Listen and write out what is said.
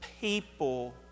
people